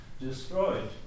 destroyed